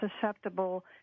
susceptible